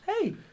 Hey